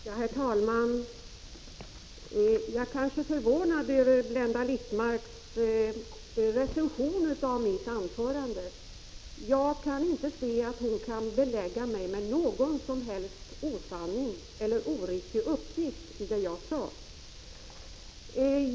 Herr talman! Jag är litet förvånad över Blenda Littmarcks recension av mitt anförande. Jag kan inte se att hon kan belägga mig med någon som helst osanning eller oriktig uppgift i det jag sade.